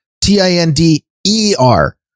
T-I-N-D-E-R